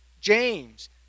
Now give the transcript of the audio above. James